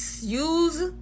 Use